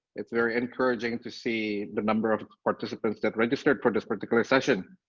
it's very encouraging to see the number of participants that registered for this particular session.